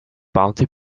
bounty